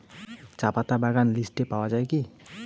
চাপাতা বাগান লিস্টে পাওয়া যায় কি?